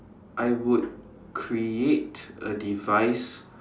I would create a device